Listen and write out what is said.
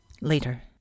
Later